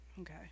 Okay